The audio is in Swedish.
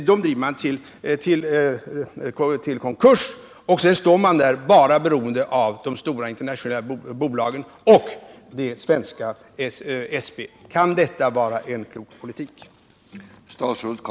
Sedan står man där, beroende enbart av de 2 mars 1979 stora internationella bolagen och det svenska SP. Kan detta vara en klok politik? Om oljeförsörjningen